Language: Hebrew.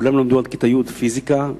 כולם למדו עד כיתה י' פיזיקה,